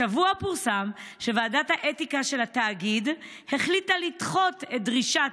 השבוע פורסם שוועדת האתיקה של התאגיד החליטה לדחות את דרישת